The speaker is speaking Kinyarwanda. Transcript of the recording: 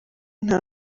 nta